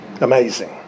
Amazing